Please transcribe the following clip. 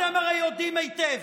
אתם הרי יודעים היטב